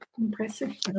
Impressive